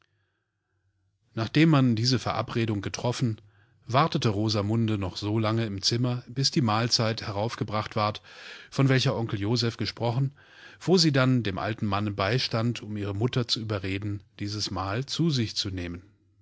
nachdem man diese verabredung getroffen wartete rosamunde noch so lange im zimmer bisdiemahlzeitheraufgebrachtward vonwelcheronkeljosephgesprochen wo sie dann dem alten manne beistand um ihre mutter zu überreden dieses mahl zu sichzunehmen